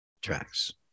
Tracks